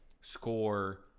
score